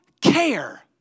care